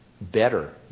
better